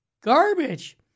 Garbage